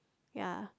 ya